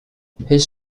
his